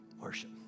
Worship